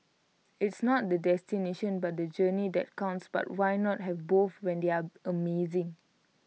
it's not the destination but the journey that counts but why not have both when they're amazing